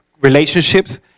relationships